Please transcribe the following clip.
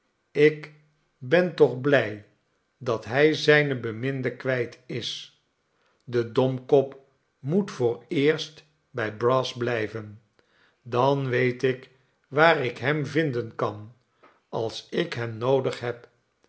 ik ben toch blij dat hij zijne beminde kwijt is de domkop moet vooreerst bij brass blijven dan weet ik waar ik hem vinden kan als ik hem noodig heb